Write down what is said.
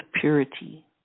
purity